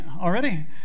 already